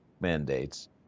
mandates